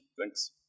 Thanks